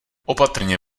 opatrně